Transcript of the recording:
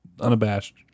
unabashed